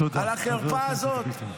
על החרפה הזאת?